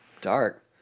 dark